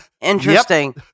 Interesting